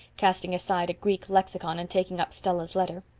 casting aside a greek lexicon and taking up stella's letter.